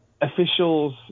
officials